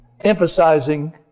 emphasizing